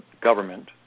government